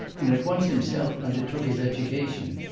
and at once himself undertook his education.